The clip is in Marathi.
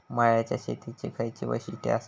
मळ्याच्या शेतीची खयची वैशिष्ठ आसत?